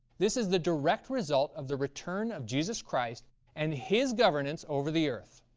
this is the direct result of the return of jesus christ and his governance over the earth.